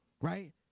right